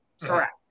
Correct